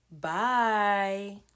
Bye